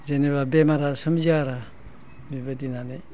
जेनेबा बेमारा सोमजिया आरो बेबायदि होननानै